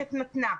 שהמערכת נתנה.